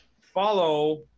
Follow